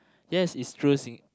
yes it's true thing